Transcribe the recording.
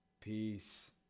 Peace